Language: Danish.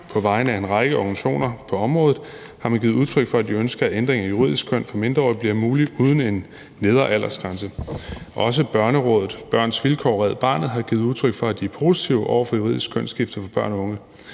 på vegne af en række organisationer på området har man givet udtryk for, at de ønsker, at en ændring i juridisk køn for mindreårige bliver muligt uden en nedre aldersgrænse. Også Børnerådet, Børns Vilkår og Red Barnet har givet udtryk for, at de er positive over for juridisk kønsskifte for børn og unge.